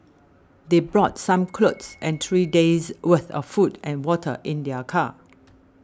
they brought some clothes and three days' worth of food and water in their car